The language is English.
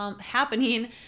happening